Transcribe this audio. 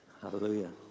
Hallelujah